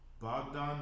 Bogdan